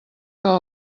que